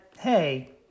hey